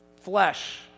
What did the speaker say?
flesh